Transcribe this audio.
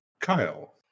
Kyle